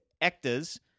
actors